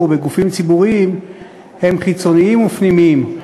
בגופים ציבוריים הם חיצוניים ופנימיים.